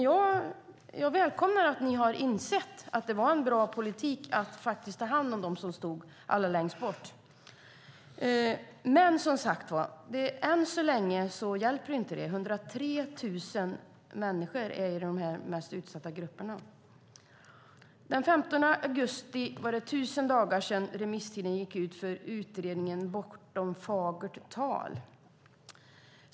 Jag välkomnar att ni har insett att det var en bra politik att ta hand om dem som stod längs bort, men än så länge har det inte hjälpt. 103 000 människor finns i de mest utsatta grupperna. Den 15 augusti var det tusen dagar sedan remisstiden gick ut för utredningen Bortom fagert tal .